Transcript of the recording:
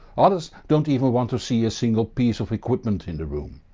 others don't even want to see a single piece of equipment in the room.